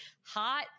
hot